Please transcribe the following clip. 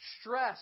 stress